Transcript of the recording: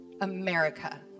America